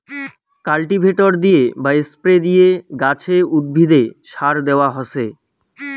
cultivator দিয়ে বা spray দিয়ে গাছে, উদ্ভিদে সার দেয়া হসে